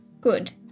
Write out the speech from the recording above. good